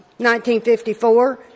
1954